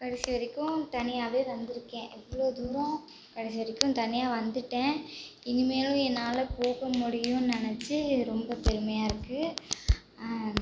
கடைசி வரைக்கும் தனியாவே வந்துருக்கேன் இவ்வளோ தூரம் கடைசி வரைக்கும் தனியாக வந்துட்டேன் இனிமேலும் என்னால் போக முடியும் நினச்சி ரொம்ப பெருமையாக இருக்குது